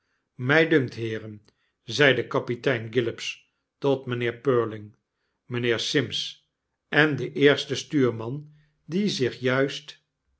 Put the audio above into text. my dunkt heeren zeide kapitein gillops tot mijnheer purling mynheer sims en den eersten stuurman die zich juist